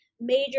major